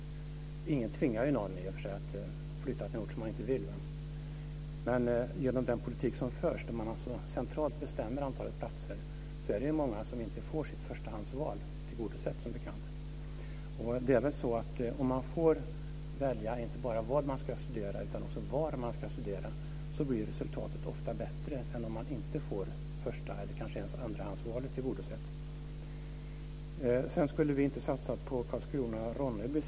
Ingen tvingar i och för sig någon att flytta till en ort om man inte vill det. Men genom den politik som förs, där man centralt beslutar om antalet platser, är det många som inte får sitt förstahandsval tillgodosett som bekant. Om man får välja inte bara vad man ska studera utan också var man ska studera, blir resultatet ofta bättre än om man inte får förstaeller ens andrahandsvalet tillgodosett. Utbildningsministern säger att vi inte har satsat på Högskolan Karlskrona-Ronneby.